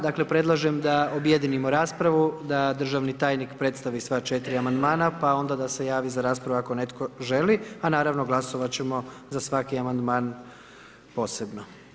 Dakle, predlažem da objedinimo raspravu, da državni tajnik predstavi sva 4 amandmana, pa onda da se javi za raspravu, ako netko želi, a naravno, glasovati ćemo za svaki amandman posebno.